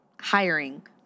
Hiring